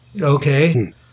okay